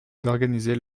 d’organiser